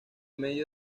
medio